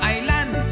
Island